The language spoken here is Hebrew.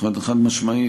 נכון, חד-משמעית.